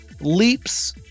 leaps